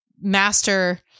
master